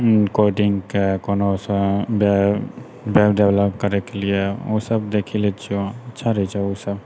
रिकॉर्डिंगके कोनो बेरवेब डेवेलप करैके लिए उ सब देखि लै छियौ अच्छा रहै छै उ सब